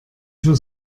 für